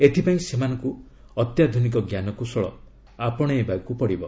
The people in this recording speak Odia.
ଏଥିପାଇଁ ସେମାନଙ୍କୁ ଅତ୍ୟାଧୁନିକ ଜ୍ଞାନକୌଶଳ ଆପଶେଇବାକୁ ହେବ